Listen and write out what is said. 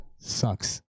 Sucks